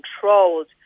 controlled